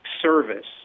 service